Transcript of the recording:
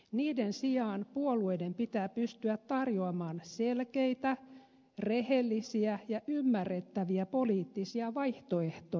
niiden sijaan puolueiden pitää pystyä tarjoamaan selkeitä rehellisiä ja ymmärrettäviä poliittisia vaihtoehtoja